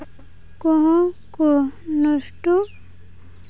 ᱠᱚᱦᱚᱸ ᱠᱚ ᱱᱚᱥᱴᱚᱜ